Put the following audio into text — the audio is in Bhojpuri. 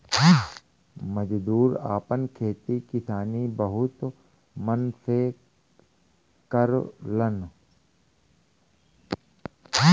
मजदूर आपन खेती किसानी बहुत मन से करलन